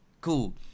Cool